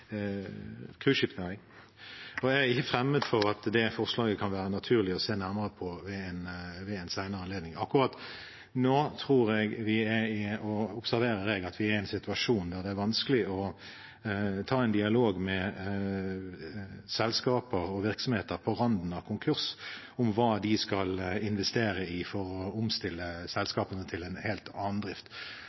bærekraftig cruiseskipnæring. Jeg er ikke fremmed for at det kan være naturlig å se nærmere på det forslaget ved en senere anledning. Akkurat nå tror og observerer jeg at vi er i en situasjon der det er vanskelig å ta en dialog med selskaper og virksomheter på randen av konkurs om hva de skal investere i for å omstille selskapene til en helt annen drift.